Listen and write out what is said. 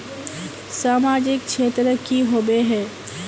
सामाजिक क्षेत्र की होबे है?